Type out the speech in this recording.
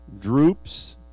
droops